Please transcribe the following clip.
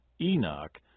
Enoch